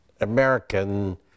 American